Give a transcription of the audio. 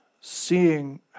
seeing